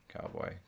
cowboy